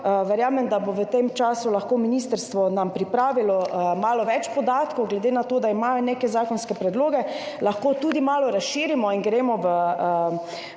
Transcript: Verjamem, da nam bo v tem času lahko ministrstvo pripravilo malo več podatkov glede na to, da imajo neke zakonske predloge, lahko tudi malo razširimo in gremo v